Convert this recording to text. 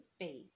faith